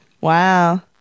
Wow